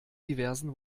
diversen